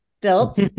built